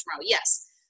Yes